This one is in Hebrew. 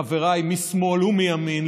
חבריי משמאל ומימין,